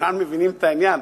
כולם מבינים את העניין.